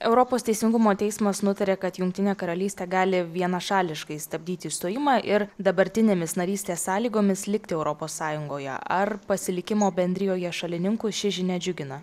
europos teisingumo teismas nutarė kad jungtinė karalystė gali vienašališkai stabdyti išstojimą ir dabartinėmis narystės sąlygomis likti europos sąjungoje ar pasilikimo bendrijoje šalininkus ši žinia džiugina